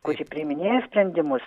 kuri priiminėja sprendimus